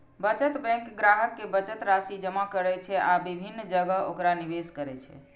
बचत बैंक ग्राहक के बचत राशि जमा करै छै आ विभिन्न जगह ओकरा निवेश करै छै